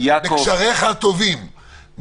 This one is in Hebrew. וקשריך הטובים,